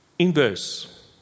Inverse